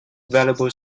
valuable